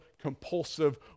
compulsive